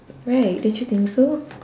right don't you think so